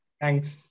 Thanks